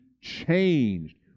changed